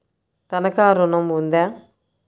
తనఖా ఋణం ఉందా?